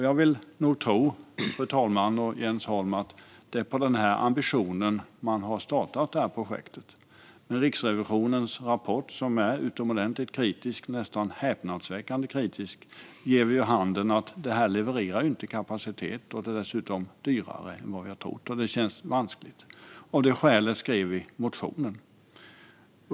Jag vill nog tro, fru talman och Jens Holm, att det är på den ambitionen man har startat det här projektet. Men Riksrevisionens nästan häpnadsväckande kritiska rapport ger vid handen att det här inte levererar kapacitet och dessutom är dyrare än vad vi har trott, vilket känns vanskligt. Av det skälet skrev vi motionen.